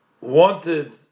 wanted